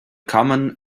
common